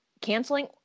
canceling